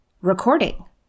recording